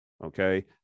okay